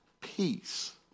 peace